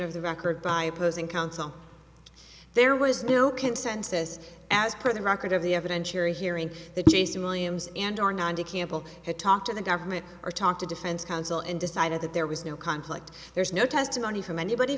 of the record by opposing counsel there was no consensus as per the record of the evidence you're hearing the jason williams and or not to campbell had talked to the government or talked to defense counsel and decided that there was no conflict there is no testimony from anybody